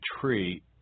tree